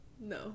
No